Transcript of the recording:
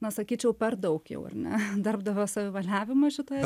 na sakyčiau per daug jau ar ne darbdavio savivaliavimo šitoje